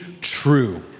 true